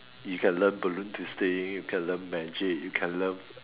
you can learn balloon twisting you can learn magic you can learn